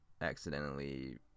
accidentally